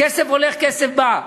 כסף הולך, כסף בא.